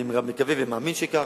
אני מקווה ומאמין שכך,